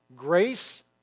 grace